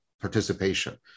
participation